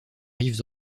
rive